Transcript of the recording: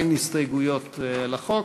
אין הסתייגויות לחוק,